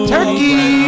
Turkey